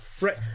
Right